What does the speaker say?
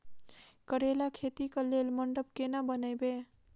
करेला खेती कऽ लेल मंडप केना बनैबे?